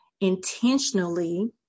intentionally